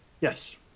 Yes